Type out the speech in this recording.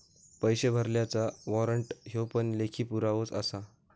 पैशे भरलल्याचा वाॅरंट ह्यो पण लेखी पुरावोच आसा